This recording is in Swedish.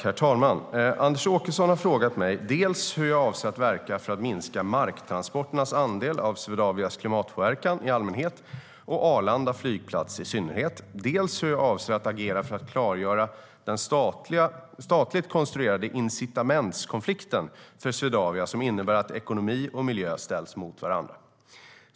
Herr talman! Anders Åkesson har frågat mig dels hur jag avser att verka för att minska marktransporternas andel av Swedavias klimatpåverkan i allmänhet, och för Arlanda flygplats i synnerhet, dels hur jag avser att agera för att klargöra den statligt konstruerade incitamentskonflikten för Swedavia som innebär att ekonomi och miljö ställs mot varandra.